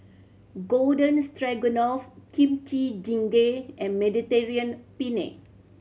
Garden Stroganoff Kimchi Jjigae and Mediterranean Penne